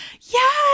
Yes